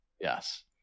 yes